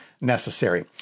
necessary